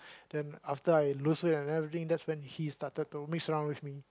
then after I lose weight and everything that's when he started to mix around with me